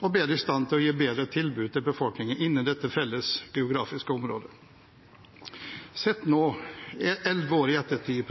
og bedre i stand til å gi bedre tilbud til befolkningen innen dette felles geografiske området. Sett elleve år i ettertid,